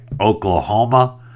Oklahoma